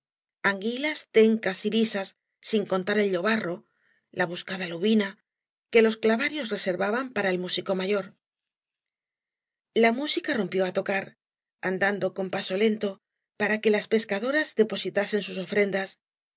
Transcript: anguilas tencas y lisas sin contar el llobarro la buscada lubina que ios clavarios reservaban para el músico mayor la música rompió á tocar andando con paso lento para que las pescadoras depositasen aua ofrendas